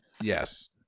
Yes